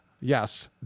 yes